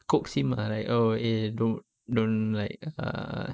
coax him ah like oh eh don~ don't like err